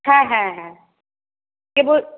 হ্যাঁ হ্যাঁ হ্যাঁ কেবল